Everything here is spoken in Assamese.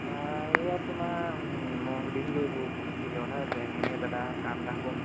তাৰপৰা এইয়াত তোমাৰ মই সুধিছিলোঁ এইবোৰ হেৰিয়ৰ কথা যে এনেকৈ এনেকৈ দাদা কাম এটা হ'বনি